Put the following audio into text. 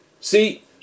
See